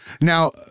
now